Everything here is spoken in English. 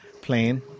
plane